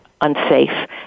unsafe